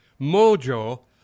Mojo